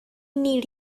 need